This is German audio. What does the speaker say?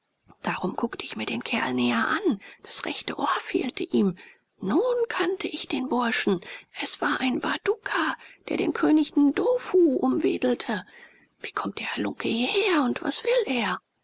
darum guckte ich mir den kerl näher an das rechte ohr fehlte ihm nun kannte ich den burschen es war ein waduka der den könig ndofu umwedelte wie kommt der halunke hierher und was will er